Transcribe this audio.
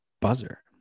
buzzer